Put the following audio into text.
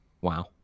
wow